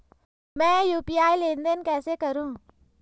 मैं यू.पी.आई लेनदेन कैसे करूँ?